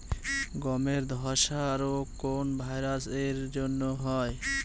গমের ধসা রোগ কোন ভাইরাস এর জন্য হয়?